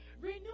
renew